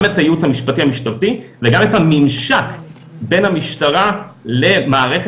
גם את הייעוץ המשפטי המשטרתי וגם את הממשק בין המשטרה למערכת